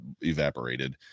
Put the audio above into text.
evaporated